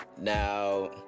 Now